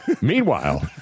Meanwhile